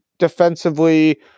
defensively